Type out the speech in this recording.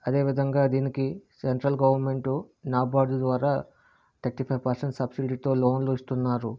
అదేవిధంగా దీనికి central government నాబార్డర్ ద్వారా థర్టీ ఫైవ్ పర్సెంట్ సబ్సిడీతో లోన్లు ఇస్తున్నారు